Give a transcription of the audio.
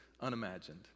unimagined